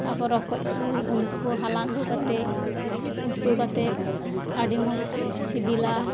ᱟᱨ ᱨᱚᱠᱚᱡ ᱠᱚ ᱩᱱᱠᱩ ᱦᱟᱞᱟᱝ ᱟᱜᱩ ᱠᱟᱛᱮᱫ ᱩᱛᱩ ᱠᱟᱛᱮᱫ ᱟᱹᱰᱤ ᱢᱚᱡᱽ ᱥᱤᱵᱤᱞᱟ